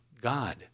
God